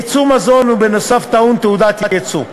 ייצוא מזון טעון גם תעודת יצוא.